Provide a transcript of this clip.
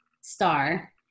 star